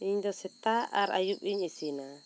ᱤᱧ ᱫᱚ ᱥᱮᱛᱟᱜ ᱟᱨ ᱟᱹᱭᱩᱵ ᱤᱧ ᱤᱥᱤᱱᱟ